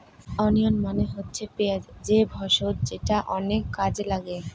onion মানে হচ্ছে পেঁয়াজ যে ভেষজ যেটা অনেক কাজে লাগে